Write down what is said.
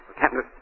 Captain